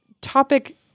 topic